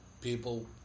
people